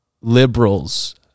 liberals